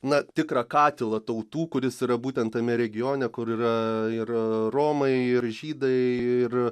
na tikrą katilą tautų kuris yra būtent tame regione kur yra ir romai ir žydai ir